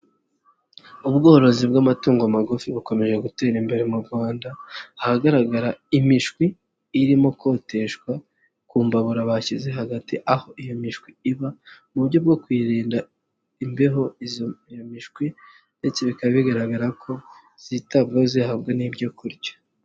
Ubworozi bw'amatungo magufi bukomeje gutera imbere mu Rwanda, ahagaragara imishwi irimo koteshwa ku mbabura bashyize hagati aho iyoshwi iba mu buryo bwo kwirinda imbeho izi mishwi ndetse bikaba bigaragara ko zitabwaho zihabwa n'ibyo kurya.